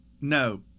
no